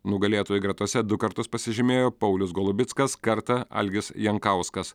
nugalėtojų gretose du kartus pasižymėjo paulius golubickas kartą algis jankauskas